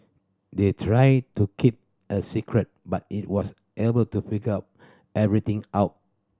they tried to keep a secret but he was able to figure everything out